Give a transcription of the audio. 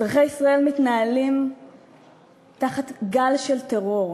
אזרחי ישראל מתנהלים תחת גל של טרור: